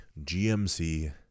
GMC